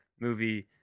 movie